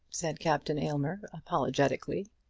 said captain aylmer, apologetically.